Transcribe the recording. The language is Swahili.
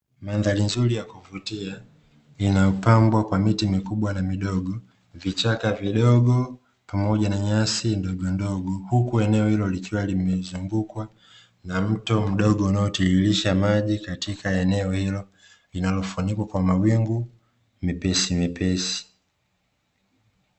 Mandhari nzuri ya kuvutia, inayopambwa kwa miti mikubwa na midogo, vichaka vidogo pamoja na nyasi ndogo ndogo, huku eneo hilo likiwa limezungukwa na mto mdogo unaotiririsha maji katika eneo hilo linalofunikwa kwa mawingu mepesi mepesi.